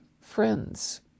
friends